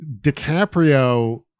DiCaprio